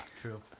True